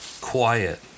quiet